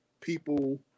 people